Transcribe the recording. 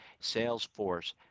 Salesforce